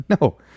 no